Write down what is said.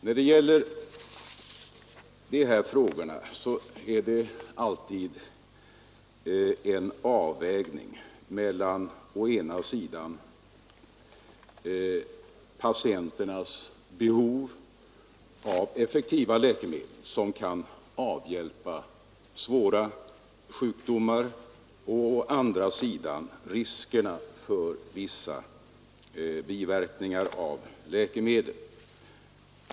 När det gäller dessa frågor har vi alltid att göra med en avvägning mellan å ena sidan patienteinas behov av effektiva läkemedel, som kan avhjälpa svåra sjukdomar, och å andra sidan riskerna för vissa biverkningar av läkemedlet.